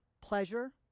pleasure